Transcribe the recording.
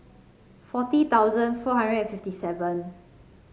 forty thousand four hundred and fifty seven